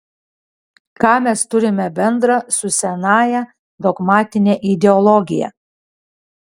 ką mes turime bendra su senąja dogmatine ideologija